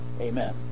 amen